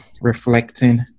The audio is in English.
reflecting